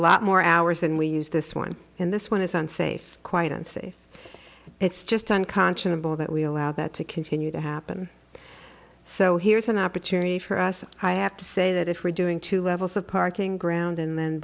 lot more hours and we use this one and this one is unsafe quite unsafe it's just unconscionable that we allow that to continue to happen so here's an opportunity for us i have to say that if we're doing two levels of parking ground and then